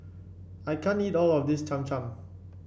I can't eat all of this Cham Cham